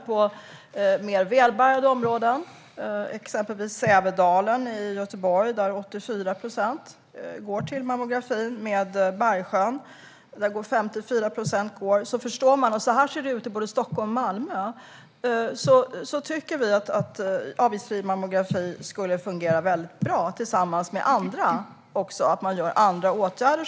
Man kan titta på mer välbärgade områden, exempelvis Sävedalen utanför Göteborg. Där går 84 procent till mammografin. I Bergsjön är det 54 procent som går. Då förstår man. Så här ser det ut i både Stockholm och Malmö. Vi tycker att en avgiftsfri mammografi skulle fungera väldigt bra tillsammans med att man vidtar andra åtgärder.